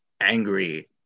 angry